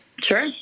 Sure